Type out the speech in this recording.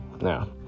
Now